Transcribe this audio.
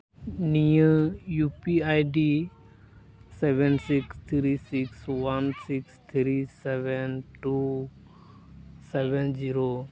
ᱱᱤᱭᱟᱹ U P I D seven six three six one six three seven two seven zero